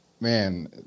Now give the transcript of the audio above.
man